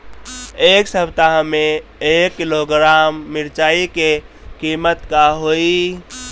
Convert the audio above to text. एह सप्ताह मे एक किलोग्राम मिरचाई के किमत का होई?